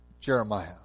Jeremiah